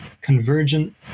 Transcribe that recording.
convergent